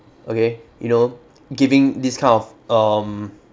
okay you know giving this kind of um